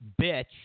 bitch